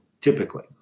typically